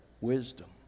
wisdom